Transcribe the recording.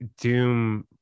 Doom